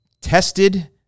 tested